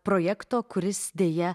projekto kuris deja